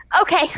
Okay